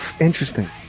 interesting